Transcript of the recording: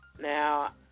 Now